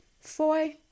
Four